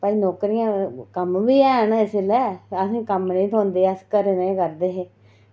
भाई नौकरियां कम्म बी हैन इसलै असें ई कम्म नेईं थ्होंदे अस घरें दे गै करदे हे